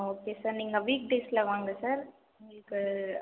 okay sir நீங்கள் week டேஸில் வாங்க சார் உங்களுக்கு